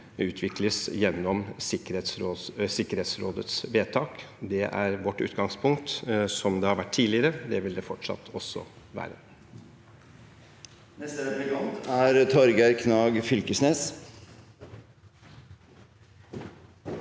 utvikles gjennom Sikkerhetsrådets vedtak. Det er vårt utgangspunkt, som det har vært tidligere. Det vil det fortsatt også være.